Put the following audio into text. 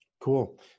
Cool